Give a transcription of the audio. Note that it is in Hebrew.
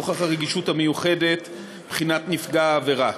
נוכח הרגישות המיוחדת מבחינת נפגע העבירה.